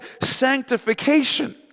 sanctification